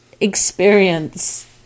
experience